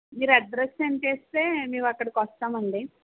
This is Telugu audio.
మీరు అడ్రస్ సెండ్ చేస్తే మేము అక్కడికి వస్తామండి